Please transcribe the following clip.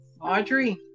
Audrey